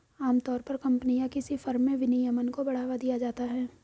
आमतौर पर कम्पनी या किसी फर्म में विनियमन को बढ़ावा दिया जाता है